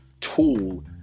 tool